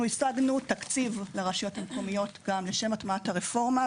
להטמעת הרפורמה.) אנחנו השגנו תקציב לרשויות המקומיות לשם הטמעת הרפורמה.